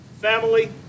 family